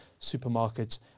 supermarkets